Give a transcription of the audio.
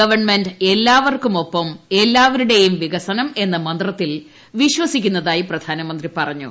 government എല്ലാവർക്കും ഒപ്പം എല്ലാവരുട്ടേയും വികസനം എന്ന മന്ത്രത്തിൽ വിശ്വസിക്കുന്നതായി പ്രധാന്യമന്ത്രി പറഞ്ഞു